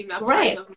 right